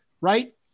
right